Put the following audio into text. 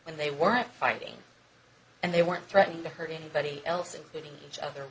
and they weren't fighting and they weren't threatening to hurt anybody else including each other